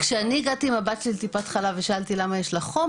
כשאני הגעתי עם הבת שלי ל"טיפת חלב" ושאלתי למה יש לה חום,